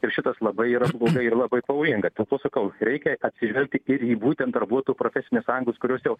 ir šitas labai yra blogai ir labai pavojinga dėl to sakau reikia atsižvelgti ir į būtent darbuotojų profesines sąjungas kurios jau